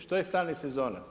Što je stalni sezonac?